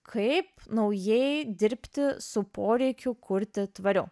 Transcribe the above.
kaip naujai dirbti su poreikiu kurti tvariau